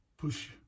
push